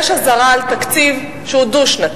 יש אזהרה על תקציב דו-שנתי?